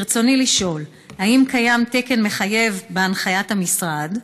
ברצוני לשאול: 1. האם קיים תקן מחייב בהנחיות המשרד?